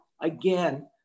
again